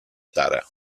tara